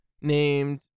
named